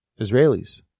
Israelis